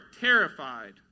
terrified